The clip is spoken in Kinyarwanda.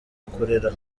kurera